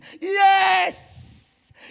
yes